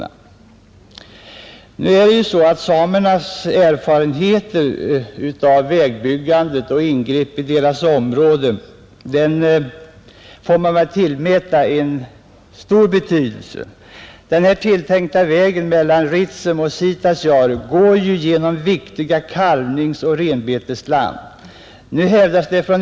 Samerna har ju erfarenheter av vägbyggande och ingrepp i sina områden, och de erfarenheterna får väl tillmätas stor betydelse. Den tilltänkta vägen mellan Ritsem och Sitasjaure går genom viktiga kalvningsoch renbetesland.